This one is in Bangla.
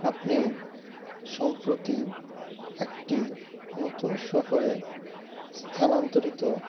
আপনি সম্প্রতি একটি নতুন শহরে স্থানান্তরিত